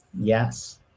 yes